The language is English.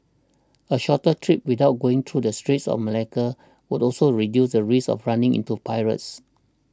a shorter trip without going through the Straits of Malacca would also reduce the risk of running into pirates